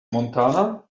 montana